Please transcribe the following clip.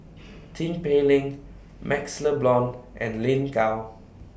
Tin Pei Ling MaxLe Blond and Lin Gao